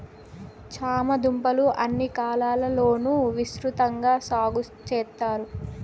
చామ దుంపలు అన్ని కాలాల లోనూ విసృతంగా సాగు చెత్తారు